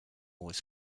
was